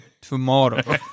tomorrow